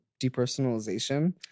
depersonalization